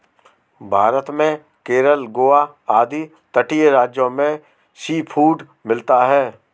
भारत में केरल गोवा आदि तटीय राज्यों में सीफूड मिलता है